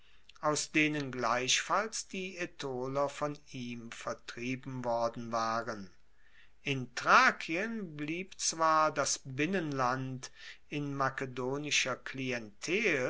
aus denen gleichfalls die aetoler von ihm vertrieben worden waren in thrakien blieb zwar das binnenland in makedonischer klientel